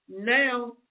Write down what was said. Now